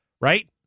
right